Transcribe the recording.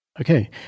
Okay